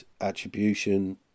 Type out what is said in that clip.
attribution